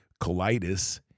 colitis